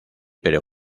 pero